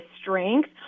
strength